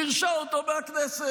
גירשה אותו מהכנסת,